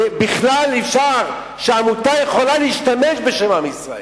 ובכלל אפשר שעמותה יכולה להשתמש בשם עם ישראל,